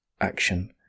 action